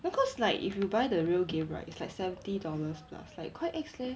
no cause like if you buy the real game right it's like seventy dollars plus like quite ex leh